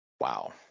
Wow